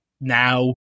now